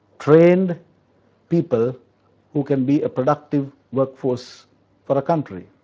trained people who can be a productive workforce for a country.